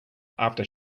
after